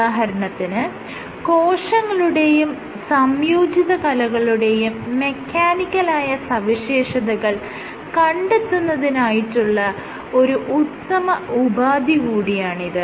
ഉദാഹരണത്തിന് കോശങ്ങളുടെയും സംയോജിത കലകളുടെയും മെക്കാനിക്കലായ സവിശേഷതകൾ കണ്ടെത്തുന്നതിനായിട്ടുള്ള ഒരു ഉത്തമ ഉപാധി കൂടിയാണിത്